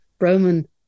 Roman